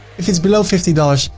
if it's below fifty dollars,